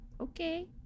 Okay